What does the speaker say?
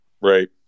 Right